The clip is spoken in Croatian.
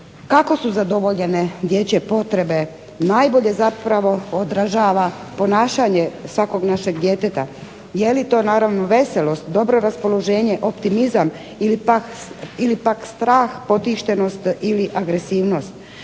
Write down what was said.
Kako su zadovoljene dječje potrebe najbolje zapravo odražava ponašanje svakog našeg djeteta. Jeli to veselost, dobro raspoloženje, optimizam ili pak strah, potištenost ili agresivnost.